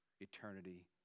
eternity